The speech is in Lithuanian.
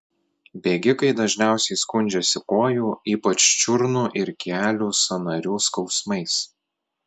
bėgikai dažniausiai skundžiasi kojų ypač čiurnų ir kelių sąnarių skausmais